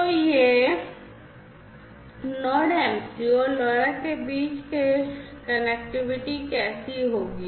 तो यह है कि Node MCU और LoRa के बीच के बीच यह कनेक्टिविटी कैसे होगी